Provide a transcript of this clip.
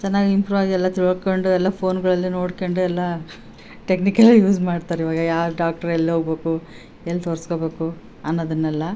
ಚೆನ್ನಾಗಿ ಇಂಪ್ರೂವ್ ಆಗಿ ಎಲ್ಲ ತಿಳ್ಕೊಂಡ್ ಎಲ್ಲ ಫೋನ್ಗಳಲ್ಲೇ ನೋಡ್ಕೊಂಡ್ ಎಲ್ಲ ಟೆಕ್ನಿಕಲಿ ಯೂಸ್ ಮಾಡ್ತಾರೆ ಇವಾಗ ಯಾರು ಡಾಕ್ಟ್ರ್ ಎಲ್ಲಿ ಹೋಗಬೇಕು ಎಲ್ಲಿ ತೋರಿಸ್ಕೋಬೇಕು ಅನ್ನೋದನೆಲ್ಲಾ